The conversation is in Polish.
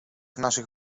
naszych